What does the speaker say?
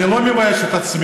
אני לא מבייש את עצמי.